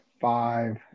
five